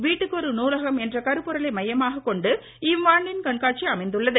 வீட்டுக்கொரு நூலகம் என்ற கருப்பொருளை மையமாக்கக் கொண்டு இவ்வாண்டின் கண்காட்சி அமைந்துள்ளது